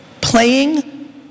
Playing